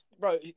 Bro